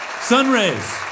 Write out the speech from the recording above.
Sunrays